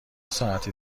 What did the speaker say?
ساعتی